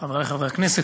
חברי חברי הכנסת,